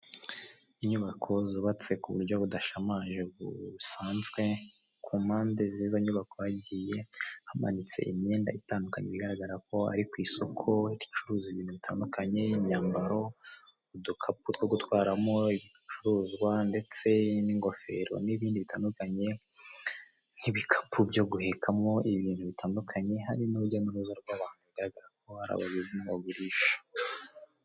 Umuntu uhagaze imbere y'imbaga y'abantu benshi, wambaye imyenda y'umukara. ufite indangururamajwi y'umukara, inyuma ye hakaba hari ikigega cy'umukara kijyamo amazi aturutse k'umureko w'inzu. N'inzu yubatse n'amatafari ahiye.